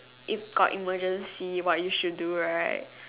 if got emergency what you should do right